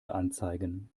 anzeigen